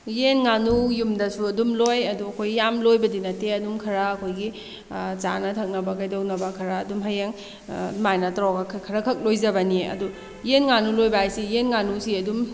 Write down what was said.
ꯌꯦꯟ ꯉꯥꯅꯨ ꯌꯨꯝꯗꯁꯨ ꯑꯗꯨꯝ ꯂꯣꯏ ꯑꯗꯨ ꯑꯩꯈꯣꯏ ꯌꯥꯝ ꯂꯣꯏꯕꯗꯤ ꯅꯠꯇꯦ ꯑꯗꯨꯝ ꯈꯔ ꯑꯩꯈꯣꯏꯒꯤ ꯆꯥꯅ ꯊꯛꯅꯕ ꯀꯩꯗꯧꯅꯕ ꯈꯔ ꯑꯗꯨꯝ ꯍꯌꯦꯡ ꯑꯗꯨꯃꯥꯏꯅ ꯇꯧꯔꯒ ꯈꯔꯈꯛ ꯂꯣꯏꯖꯕꯅꯤ ꯑꯗꯨ ꯌꯦꯟ ꯉꯥꯅꯨ ꯂꯣꯏꯕ ꯍꯥꯏꯁꯤ ꯌꯦꯟ ꯉꯥꯅꯨꯁꯤ ꯑꯗꯨꯝ